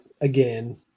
again